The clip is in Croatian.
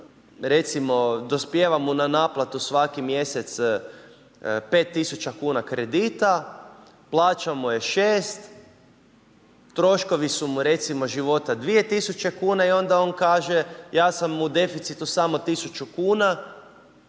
recimo dospijeva mu na naplatu svaki mjesec 5000 kuna kredita, plaća mu je 6000, troškovi su mu recimo života 2000 kuna i onda on kaže ja sam u deficitu samo 1000 kuna